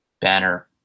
Banner